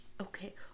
Okay